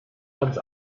ans